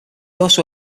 also